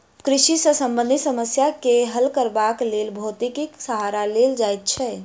कृषि सॅ संबंधित समस्या के हल करबाक लेल भौतिकीक सहारा लेल जाइत छै